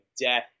death